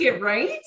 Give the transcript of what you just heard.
Right